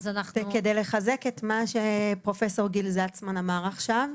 אז אנחנו --- כדי לחזק את מה שפרופ' גיל זלצמן אמר עכשיו,